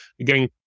Again